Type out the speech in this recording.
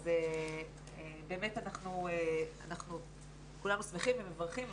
באמת אנחנו כולנו שמחים ומברכים,